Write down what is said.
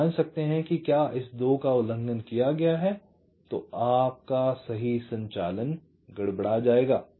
आप जांच सकते हैं कि क्या इस 2 का उल्लंघन किया गया है तो आपका सही संचालन गड़बड़ा जाएगा